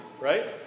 right